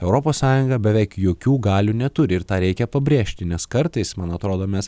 europos sąjunga beveik jokių galių neturi ir tą reikia pabrėžti nes kartais man atrodo mes